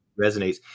resonates